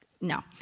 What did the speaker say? No